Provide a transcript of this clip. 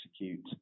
execute